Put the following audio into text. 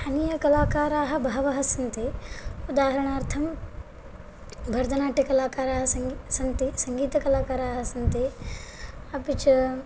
स्थानीयकलाकाराः बहवः सन्ति उदाहरणार्थं भरतनाट्यकलाकाराः संग् सन्ति सङ्गीतकलाकाराः सन्ति अपि च